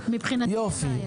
יופי.